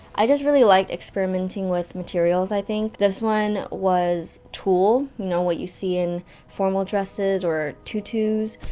i just really like experimenting with materials i think this one was tulle you know, what you see in formal dresses, or tutus,